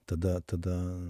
tada tada